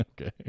Okay